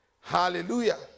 Hallelujah